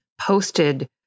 posted